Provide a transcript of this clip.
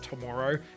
tomorrow